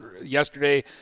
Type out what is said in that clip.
yesterday